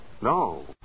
No